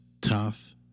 tough